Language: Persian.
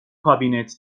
کابینت